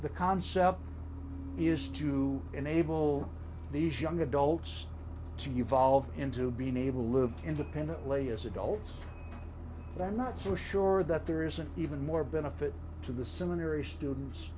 the concept is to enable these young adults to you volved into being able to live independently as adults they're not so sure that there is an even more benefit to the seminary students